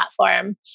platform